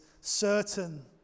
certain